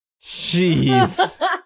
Jeez